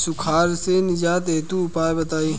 सुखार से निजात हेतु उपाय बताई?